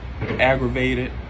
aggravated